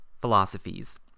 philosophies